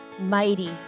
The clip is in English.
mighty